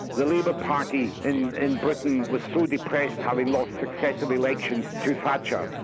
the labour party in in britain was so depressed, having lost successive elections to thatcher,